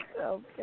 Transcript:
Okay